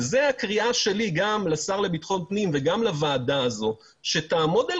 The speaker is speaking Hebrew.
זאת הקריאה שלי גם לשר לביטחון הפנים וגם לוועדה הזאת שתעמוד על